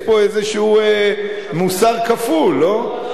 יש פה איזה מוסר כפול, לא?